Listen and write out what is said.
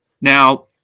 Now